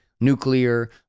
nuclear